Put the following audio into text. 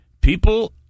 People